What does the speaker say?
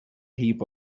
heap